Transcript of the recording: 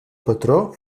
patró